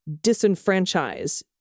disenfranchise